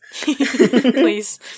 please